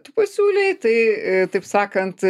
tu pasiūlei tai taip sakant